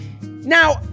Now